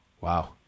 Wow